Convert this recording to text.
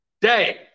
day